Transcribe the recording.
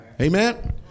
Amen